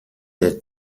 est